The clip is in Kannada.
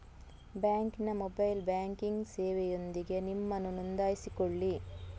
ಬ್ಯಾಂಕಿನ ಮೊಬೈಲ್ ಬ್ಯಾಂಕಿಂಗ್ ಸೇವೆಯೊಂದಿಗೆ ನಿಮ್ಮನ್ನು ನೋಂದಾಯಿಸಿಕೊಳ್ಳಿ